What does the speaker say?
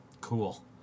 Cool